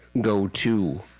go-to